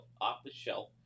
off-the-shelf